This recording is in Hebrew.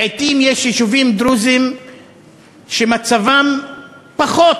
לעתים יש יישובים דרוזיים שמצבם פחות